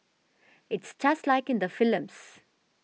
it's just like in the films